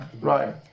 right